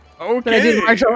Okay